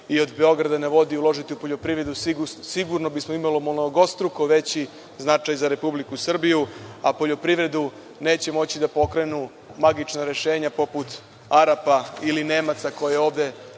i od „Beograda na vodi“, uložiti u poljoprivredu, sigurno bi imali mnogostruko veliki značaj za Srbiju, a poljoprivredu neće moći da pokrenu magična rešenja poput Arapa ili Nemaca koje ovde